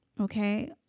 Okay